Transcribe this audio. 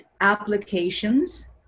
applications